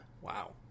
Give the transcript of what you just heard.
Wow